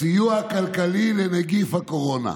סיוע כלכלי בנגיף הקורונה,